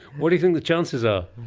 what do you think the chances are?